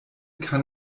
kann